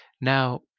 Now